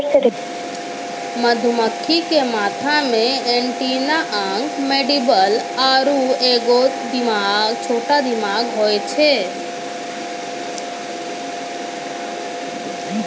मधुमक्खी के माथा मे एंटीना अंक मैंडीबल आरु एगो छोटा दिमाग होय छै